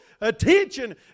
attention